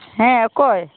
ᱦᱮᱸ ᱚᱠᱚᱭ